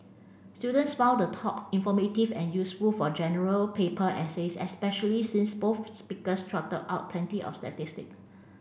students found the talk informative and useful for General Paper essays especially since both speakers trotted out plenty of statistics